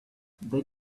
they